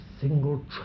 single